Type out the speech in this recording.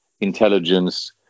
intelligence